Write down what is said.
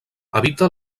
habita